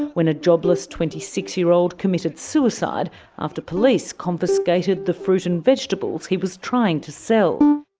when a jobless twenty six year old committed suicide after police confiscated the fruit and vegetables he was trying to sell.